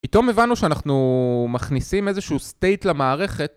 פתאום הבנו שאנחנו מכניסים איזשהו סטייט למערכת